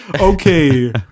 okay